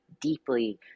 deeply